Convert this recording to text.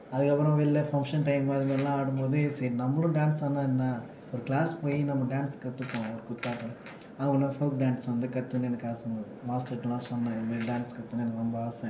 அதுக்கு அப்புறம் வெளியில் ஃபங்க்ஷன் டைம் அது மாதிரிலாம் ஆடும்போது சரி நம்மளும் டான்ஸ் ஆடினா என்ன ஒரு கிளாஸ் போய் நம்ம டான்ஸ் கற்றுப்போம் ஒரு குத்தாட்டம் ஒரு இன்னொரு ஃபோக் டான்ஸ் வந்து கற்றுக்கணும்னு ஒரு ஆசை வந்தது மாஸ்டர்கிட்டல்லாம் சொன்னேன் இது மாதிரி ஒரு டான்ஸ் கற்றுக்கணும்னு ரொம்ப ஆசை